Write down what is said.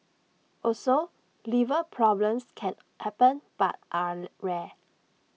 also liver problems can happen but are rare